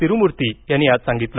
तिरुमूर्ती यांनी आज सांगितलं